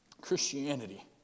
Christianity